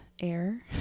air